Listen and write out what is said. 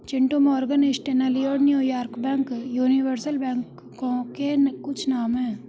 Chintu Morgan Stanley और New York bank universal बैंकों के कुछ नाम है